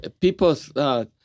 People